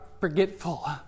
forgetful